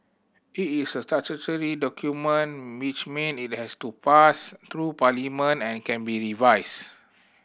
it is a statutory document which mean it has to pass through Parliament and can be revised